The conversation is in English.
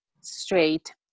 straight